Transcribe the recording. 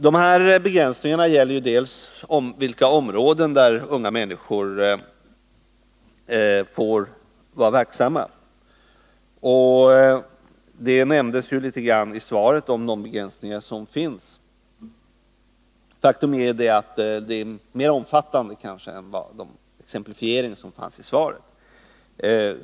De här begränsningarna gäller bl.a. vilka områden unga människor får vara verksamma inom. De begränsningar som finns nämndes lite grand i svaret. Faktum är att begränsningarna är mer omfattande än vad som framgår av den exemplifiering som fanns i svaret.